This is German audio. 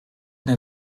der